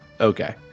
Okay